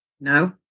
No